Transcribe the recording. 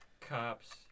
Cops